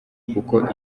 kuko